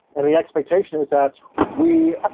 and the expectation is that we,